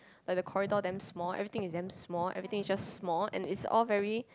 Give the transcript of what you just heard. like the corridor damn small everything is damn small everything is just small and it's all very